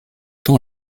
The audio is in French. tant